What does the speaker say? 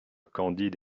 candide